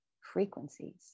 frequencies